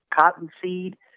cottonseed